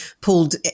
pulled